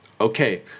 Okay